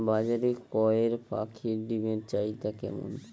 বাজারে কয়ের পাখীর ডিমের চাহিদা কেমন?